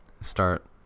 start